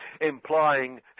implying